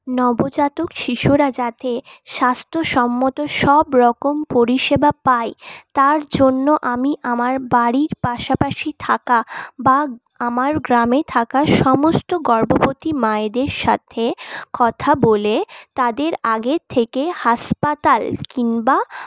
নবজাতক শিশুরা যাতে স্বাস্থ্যসম্মত সবরকম পরিষেবা পায় তারজন্য আমি আমার বাড়ির পাশাপাশি থাকা বা আমার গ্রামে থাকা সমস্ত গর্ভবতী মায়েদের সাথে কথা বলে তাদের আগের থেকে হাসপাতাল কিংবা